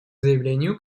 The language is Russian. заявлению